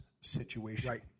situation